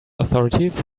authorities